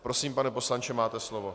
Prosím, pane poslanče, máte slovo.